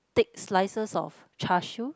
thick slices of Char-Siew